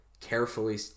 carefully